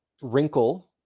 wrinkle